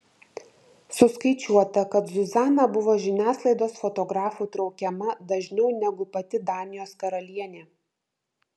suskaičiuota kad zuzana buvo žiniasklaidos fotografų traukiama dažniau negu pati danijos karalienė